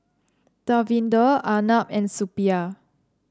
Davinder Arnab and Suppiah